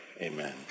Amen